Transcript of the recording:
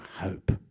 hope